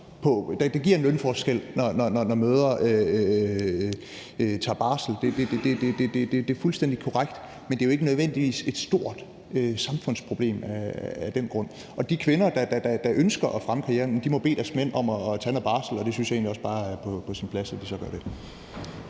det giver en lønforskel, når mødre tager barsel, det er fuldstændig korrekt, men det er jo ikke nødvendigvis et stort samfundsproblem af den grund. Og de kvinder, der ønsker at fremme karrieren, må bede deres mænd om at tage noget barsel, og jeg synes egentlig også bare, at det er på sin plads, at de så gør det.